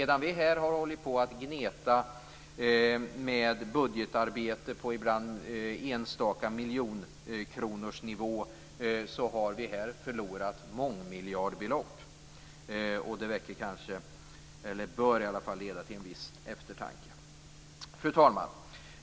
Medan vi här har hållit på att gneta med budgetarbete på ibland enstaka miljoner kronor har vi här förlorat mångmiljardbelopp. Det bör leda till en viss eftertanke. Fru talman!